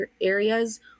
areas